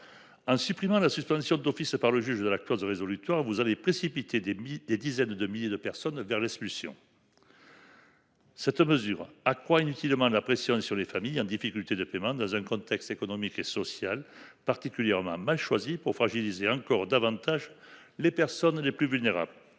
supprimant la suspension d'office par le juge de la Cour de résolutoire vous allez précipiter des des dizaines de milliers de personnes vers la solution. Cette mesure accroît inutilement la pression sur les familles en difficulté de paiement, dans un contexte économique et social particulièrement mal choisi pour fragiliser encore davantage les personnes les plus vulnérables.